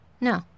No